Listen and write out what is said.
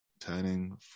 Turning